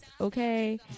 okay